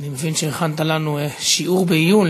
אני מבין שהכנת לנו שיעור בעיון,